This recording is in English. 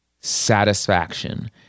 satisfaction